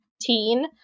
teen